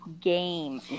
game